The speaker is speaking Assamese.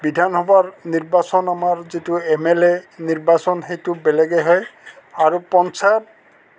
বিধানসভাৰ নিৰ্বাচন আমাৰ যিটো এম এল এ নিৰ্বাচন সেইটো বেলেগেই হয় আৰু পঞ্চায়ত